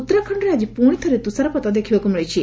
ଉତ୍ତରାଖଣ୍ଡରେ ଆକି ପୁଣିଥରେ ତୁଷାରପାତ ଦେଖିବାକୁ ମିଳିଛି